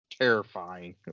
terrifying